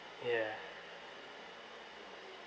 ya